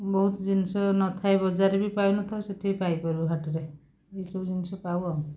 ବହୁତ ଜିନିଷ ନଥାଏ ବଜାରରେ ବି ପାଇନଥାଉ ସେଇଠି ପାଇ ପାରୁ ହାଟେରେ ଏଇସବୁ ଜିନିଷ ପାଉ ଆଉ